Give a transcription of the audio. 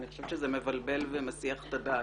אני חושבת שזה מבלבל ומסיח את הדעת.